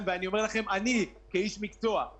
אני רוצה פילוח על הבקשות שכן אושרו.